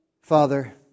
Father